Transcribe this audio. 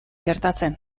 gertatzen